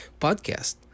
podcast